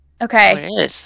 Okay